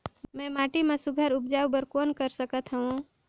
मैं माटी मा सुघ्घर उपजाऊ बर कौन कर सकत हवो?